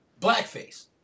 blackface